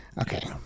Okay